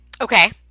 Okay